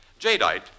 Jadeite